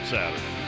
Saturday